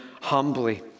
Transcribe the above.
humbly